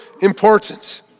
important